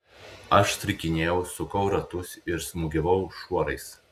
aš strikinėjau sukau ratus ir smūgiavau šuorais